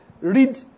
read